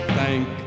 Thank